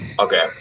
Okay